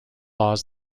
laws